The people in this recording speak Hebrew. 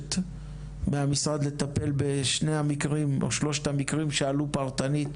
דורשת מהמשרד לטפל בשלושת המקרים שעלו פרטנית,